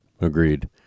Agreed